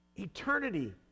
Eternity